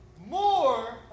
more